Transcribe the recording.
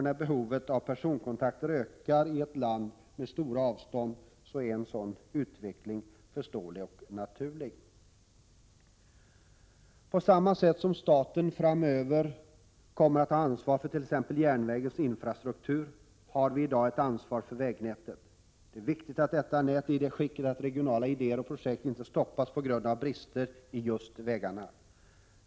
När behovet av personkontakter ökar i ett land med stora avstånd är en sådan utveckling förståelig och naturlig. På samma sätt som staten framöver kommer att ha ansvar för t.ex. järnvägens infrastruktur, har vi i dag ett ansvar för vägnätet. Det är viktigt att detta nät är i det skicket att regionala idéer och projekt inte stoppas på grund av brister på just vägarna.